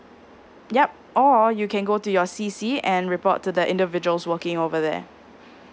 yup or you can go to your C_C and report to the individuals working over there